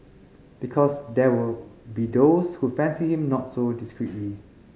because there will be those who fancy him not so discreetly